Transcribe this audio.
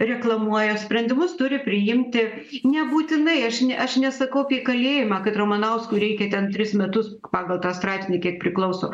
reklamuoja sprendimus turi priimti nebūtinai aš ne aš nesakau apie kalėjimą kad ramanauskui reikia ten tris metus pagal tą straipsnį kiek priklauso